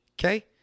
okay